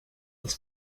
els